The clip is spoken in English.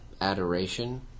adoration